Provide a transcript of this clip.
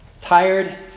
Tired